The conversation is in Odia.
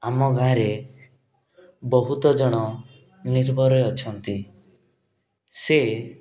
ଆମ ଗାଁରେ ବହୁତଜଣ ନିର୍ଭର ଅଛନ୍ତି ସେ